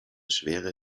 schwere